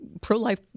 pro-life